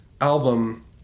album